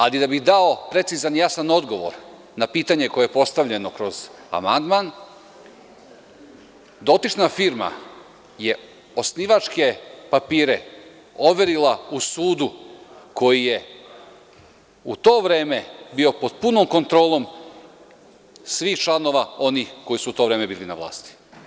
Ali, da bih dao precizan i jasan odgovor na pitanje koje je postavljeno kroz amandman, dotična firma je osnivačke papire overila u sudu koji je u to vreme bio pod punom kontrolom svih članova koji su u to vreme bili na vlasti.